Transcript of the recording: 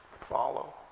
follow